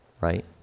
right